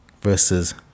versus